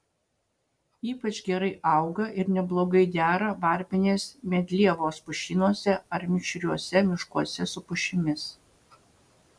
ypač gerai auga ir neblogai dera varpinės medlievos pušynuose ar mišriuose miškuose su pušimis